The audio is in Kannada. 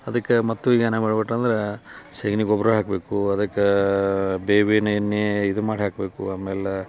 ಅದಕ್ಕೆ ಮತ್ತೆ ಈಗ ಏನು ಮಾಡಿಬಿಟ್ಟಂದ್ರೆ ಸಗ್ಣಿ ಗೊಬ್ಬರ ಹಾಕಬೇಕು ಅದಕ್ಕೆ ಬೇವಿನ ಎಣ್ಣಿ ಇದು ಮಾಡಿ ಹಾಕಬೇಕು ಆಮೇಲೆ